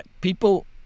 people